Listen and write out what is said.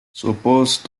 s’opposent